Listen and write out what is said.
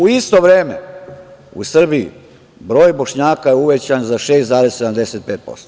U isto vreme u Srbiji broj Bošnjaka je uvećan za 6,75%